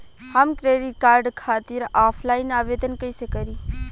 हम credit card खातिर offline आवेदन कइसे करि?